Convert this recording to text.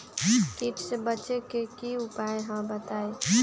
कीट से बचे के की उपाय हैं बताई?